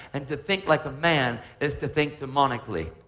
and to think like a man is to think demonically.